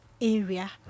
area